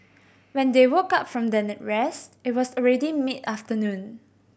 when they woke up from their rest it was already mid afternoon